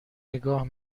نگاه